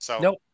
Nope